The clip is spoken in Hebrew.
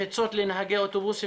מחיצות לנהגי אוטובוסים,